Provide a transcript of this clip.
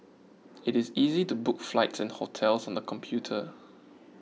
it is easy to book flights and hotels on the computer